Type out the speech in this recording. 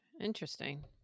Interesting